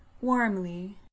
warmly